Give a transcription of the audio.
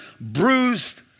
bruised